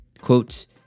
Quotes